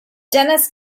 dennis